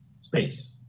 space